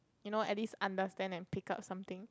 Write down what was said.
you know at least understand and pick up something